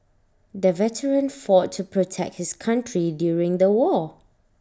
the veteran fought to protect his country during the war